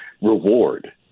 reward